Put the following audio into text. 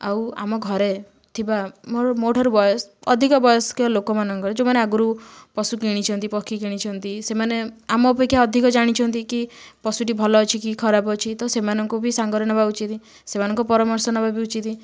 ଆଉ ଆମ ଘରେ ଥିବା ମୋର ମୋ ଠାରୁ ବୟସ ଅଧିକ ବୟସ୍କ ଲୋକମାନଙ୍କର ଯେଉଁମାନେ ଆଗରୁ ପଶୁ କିଣିଛନ୍ତି ପକ୍ଷୀ କିଣିଛନ୍ତି ସେମାନେ ଆମ ଅପେକ୍ଷା ଅଧିକ ଜାଣିଛନ୍ତି କି ପଶୁଟି ଭଲ ଅଛି କି ଖରାପ ଅଛି ତ ସେମାନଙ୍କୁ ବି ସାଙ୍ଗରେ ନେବା ଉଚିତ୍ ସେମାନଙ୍କ ପରାମର୍ଶ ନେବା ବି ଉଚିତ୍